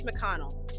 McConnell